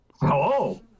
Hello